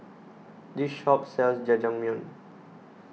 the shop sells Jajangmyeon